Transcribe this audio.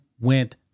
went